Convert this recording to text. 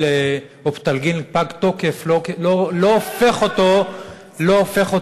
אופטלגין פג תוקף לא הופך אותו להומניטרי,